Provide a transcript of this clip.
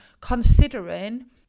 considering